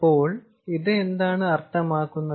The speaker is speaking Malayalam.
അപ്പോൾ ഇത് എന്താണ് അർത്ഥമാക്കുന്നത്